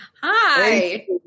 Hi